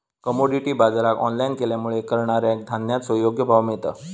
commodity बाजराक online केल्यामुळे करणाऱ्याक धान्याचो योग्य भाव मिळता